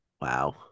Wow